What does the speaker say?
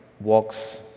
walks